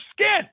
skin